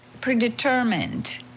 predetermined